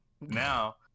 Now